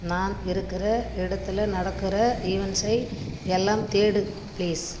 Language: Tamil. நான் இருக்கிற இடத்தில் நடக்கிற ஈவண்ட்ஸ்ஸை எல்லாம் தேடு ப்ளீஸ்